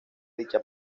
dicha